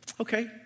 Okay